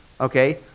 okay